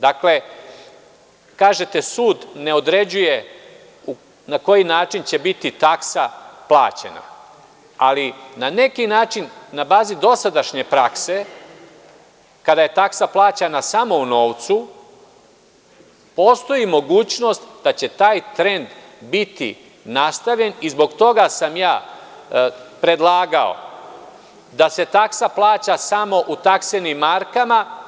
Dakle, kažete sud ne određuje na koji način će biti taksa plaćena, ali na neki način, na bazi dosadašnje prakse, kada je taksa plaćena samo u novcu, postoji mogućnost da će taj trend biti nastavljen i zbog toga sam ja predlagao da se taksa plaća samo u taksenim markama.